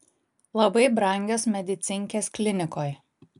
labai brangios medicinkės klinikoj